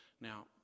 Now